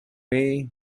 way